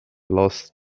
last